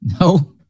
No